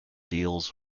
deals